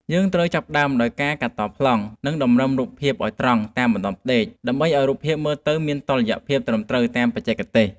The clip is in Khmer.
យើងត្រូវចាប់ផ្ដើមដោយការ កាត់តប្លង់ និងតម្រឹមរូបភាពឱ្យត្រង់តាមបន្ទាត់ផ្តេក ដើម្បីឱ្យរូបភាពមើលទៅមានតុល្យភាពត្រឹមត្រូវតាមបច្ចេកទេស។